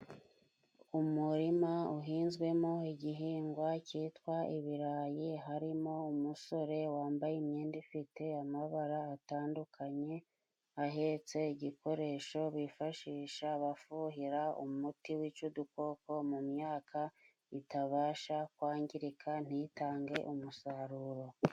Umurima uhinzwemo igihingwa cyitwa ibirayi. Harimo umusore wambaye imyenda ifite amabara atandukanye. Ahetse igikoresho bifashisha bafuhira umuti w'ica udukoko mu myaka ngo itabasha kwangirika ntitange umusaruro.